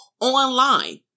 online